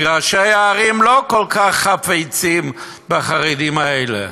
כי ראשי הערים לא כל כך חפצים בחרדים האלה.